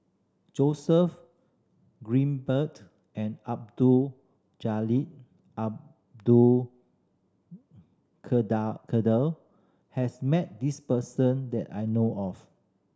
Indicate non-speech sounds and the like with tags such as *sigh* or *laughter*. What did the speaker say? Joseph *unintelligible* and Abdul Jalil Abdul *unintelligible* Kadir has met this person that I know of